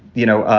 you know,